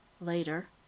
Later